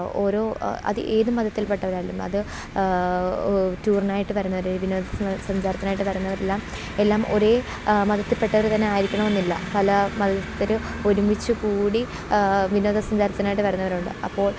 ഓരോ അത് ഏത് മതത്തിൽപ്പെട്ടവരായാലും അത് ടൂർനായിട്ട് വരുന്നവർ വിനോദ സഞ്ചാരത്തിനായിട്ട് വരുന്നവരെല്ലാം എല്ലാം ഒരേ മതത്തിപ്പെട്ടവർ തന്നെയായിരിക്കണമെന്നില്ല പല മതസ്ഥരും ഒരുമിച്ചുകൂടി വിനോദസഞ്ചാരത്തിനായിട്ട് വരുന്നവരുണ്ട് അപ്പോൾ